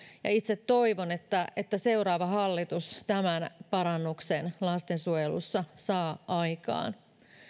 ja itse toivon että että seuraava hallitus tämän parannuksen lastensuojelussa saa aikaan